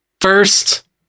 First